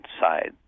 side